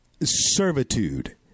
servitude